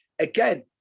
again